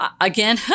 again